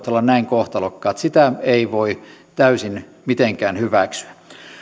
olla näin kohtalokkaat sitä ei voi mitenkään täysin hyväksyä